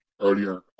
earlier